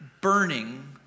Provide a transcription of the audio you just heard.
burning